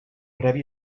previ